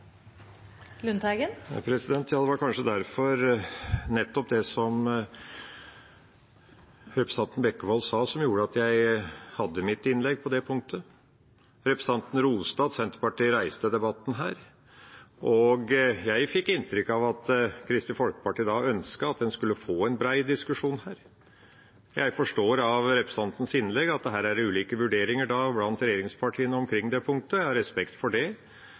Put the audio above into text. Ja, det var kanskje nettopp det representanten Bekkevold sa, som gjorde at jeg hadde mitt innlegg om det punktet. Representanten roste at Senterpartiet reiste debatten her, og jeg fikk inntrykk av at Kristelig Folkeparti ønsket å få en brei diskusjon. Jeg forstår av representantens innlegg at det er ulike vurderinger blant regjeringspartiene omkring det punktet. Jeg har respekt for det.